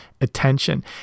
attention